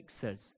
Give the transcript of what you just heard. says